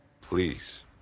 Please